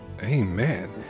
Amen